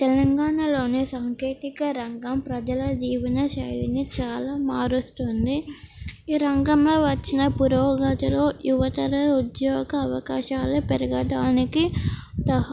తెలంగాణలోని సాంకేతిక రంగం ప్రజల జీవన శైలిని చాలా మారుస్తుంది ఈ రంగంలో వచ్చిన పురోగతిలో యువతర ఉద్యోగ అవకాశాలు పెరగడానికి తహ